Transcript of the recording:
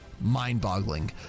mind-boggling